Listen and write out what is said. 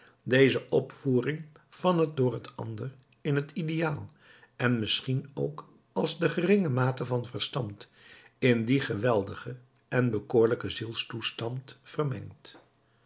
deze opvoering van het een door het ander in het ideaal en misschien ook als de geringe mate van verstand in dien geweldigen en bekoorlijken